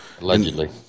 Allegedly